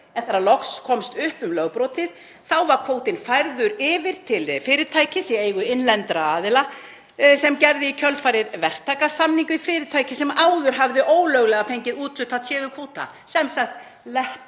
en þegar loks komst upp um lögbrotið þá var kvótinn færður yfir til fyrirtækis í eigu innlendra aðila sem gerði í kjölfarið verktakasamning við fyrirtæki sem áður hafði ólöglega fengið úthlutað téðum kvóta. Sem sagt: